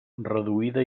reduïda